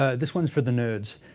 ah this one's for the nerds.